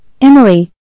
Emily